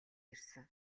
ирсэн